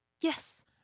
Yes